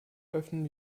öffnen